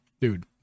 dude